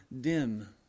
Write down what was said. dim